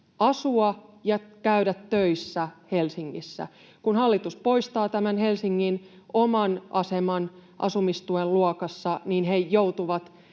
asua ja käydä töissä Helsingissä. Kun hallitus poistaa tämän Helsingin oman aseman asumistuen luokassa, niin he joutuvat